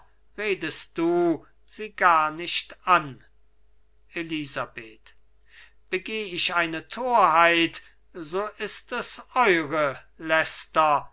redest du sie gar nicht an elisabeth begeh ich eine torheit so ist es eure